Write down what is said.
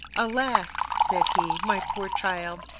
alas! said he, my poor child,